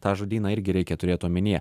tą žodyną irgi reikia turėt omenyje